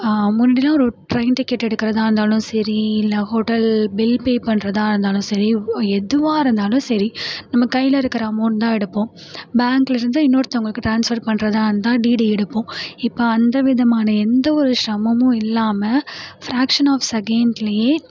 முன்னாடிலாம் ஒரு train ticket எடுக்கிறதா இருந்தாலும் சரி இல்லை ஹோட்டல் பில் பே பண்றதாக இருந்தாலும் சரி எதுவாக இருந்தாலும் சரி நம்ம கையில் இருக்கிற அமெளண்ட் தான் எடுப்போம் பேங்க்ல இருந்து இன்னொருத்தவங்களுக்கு ட்ரான்ஸ்ஃபர் பண்றதாக இருந்தால் டிடி எடுப்போம் இப்போது அந்த விதமான எந்த ஒரு சிரமமும் இல்லாமல் பிராக்சன் ஆஃப் செகண்ட்லேயே